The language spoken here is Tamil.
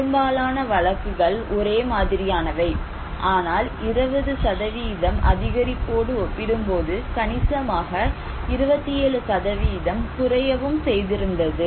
பெரும்பாலான வழக்குகள் ஒரே மாதிரியானவை ஆனால் 20 அதிகரிப்போடு ஒப்பிடும்போது கணிசமாக 27 குறையவும் செய்திருந்தது